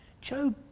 Job